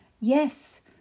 Yes